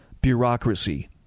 bureaucracy